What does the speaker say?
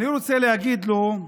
אני רוצה להגיד לו,